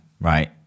right